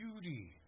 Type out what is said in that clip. beauty